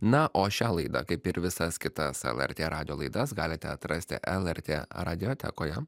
na o šią laidą kaip ir visas kitas lrt radijo laidas galite atrasti lrt radiotekoje